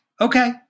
okay